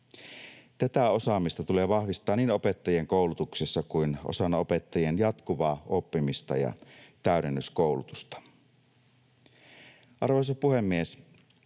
Tätä osaamista tulee vahvistaa niin opettajien koulutuksessa kuin osana opettajien jatkuvaa oppimista ja täydennyskoulutusta. Arvoisa puhemies!